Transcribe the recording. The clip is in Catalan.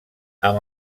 amb